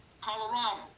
Colorado